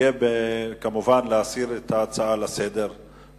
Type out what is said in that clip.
יהיה כמובן בעד להסיר את ההצעה מסדר-היום.